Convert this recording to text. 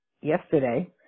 yesterday